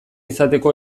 izateko